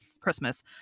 christmas